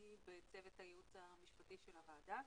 אני בצוות הייעוץ המשפטי של הוועדה.